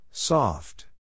Soft